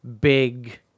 big